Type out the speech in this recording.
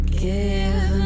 give